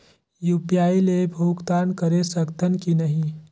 UPI ले भुगतान करे सकथन कि नहीं?